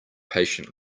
patient